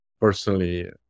personally